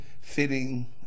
fitting